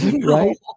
Right